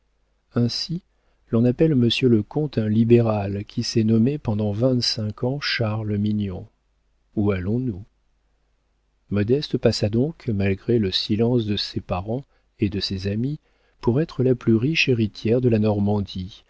ainsi on appelle monsieur le comte un libéral qui s'est nommé pendant vingt-cinq ans charles mignon où allons-nous modeste passa donc malgré le silence de ses parents et de ses amis pour être la plus riche héritière de la normandie